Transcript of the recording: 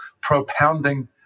propounding